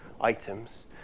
items